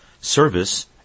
service